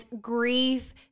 grief